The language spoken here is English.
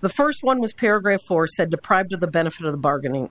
the first one was paragraph four said deprived of the benefit of the bargain